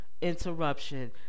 interruption